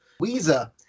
Weezer